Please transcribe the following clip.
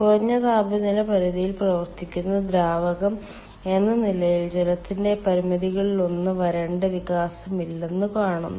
കുറഞ്ഞ താപനില പരിധിയിൽ പ്രവർത്തിക്കുന്ന ദ്രാവകം എന്ന നിലയിൽ ജലത്തിന്റെ പരിമിതികളിലൊന്ന് വരണ്ട വികാസം ഇല്ലെന്ന് കാണുക